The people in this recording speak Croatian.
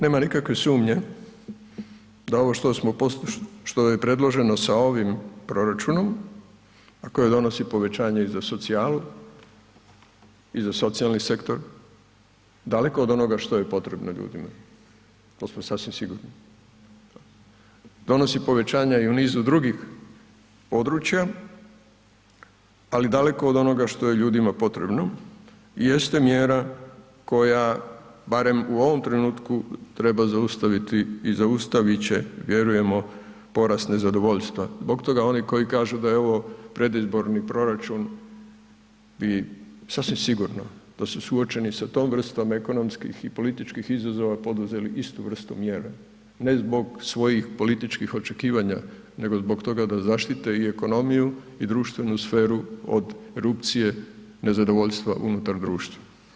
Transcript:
Nema nikakve sumnje da ovo što je predloženo sa ovim proračunom, a koje donosi povećanje i za socijalu i za socijalni sektor, daleko od onoga što je potrebno ljudima, posve sasvim sigurno, donesi povećanja i u nizu drugih područja, ali daleko od onoga šta je ljudima potrebno jeste mjera koja barem u ovom trenutku treba zaustaviti i zaustavit će vjerujemo porast nezadovoljstva, zbog toga oni koji kažu da je ovo predizborni proračun i sasvim sigurno da su suočeni sa tom vrstom ekonomskih i političkih izazova poduzeli istu vrstu mjere, ne zbog svojih političkih očekivanja, nego zbog toga da zaštite i ekonomiju i društvenu sferu od erupcije nezadovoljstva unutar društva.